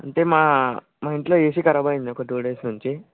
అంటే మా మా ఇంట్లో ఏసీ కరాబ్ అయింది ఒక టూ డేస్ నుంచి